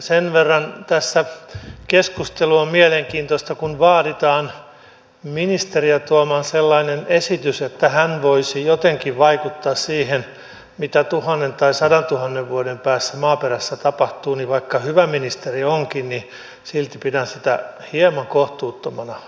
sen verran tässä sanon kun keskustelu on mielenkiintoista että kun vaaditaan ministeriä tuomaan sellainen esitys että hän voisi jotenkin vaikuttaa siihen mitä tuhannen tai sadantuhannen vuoden päästä maaperässä tapahtuu niin vaikka hyvä ministeri onkin niin silti pidän sitä hieman kohtuuttomana vaatimuksena